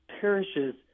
parishes